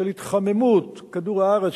של התחממות כדור-הארץ,